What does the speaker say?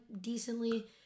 decently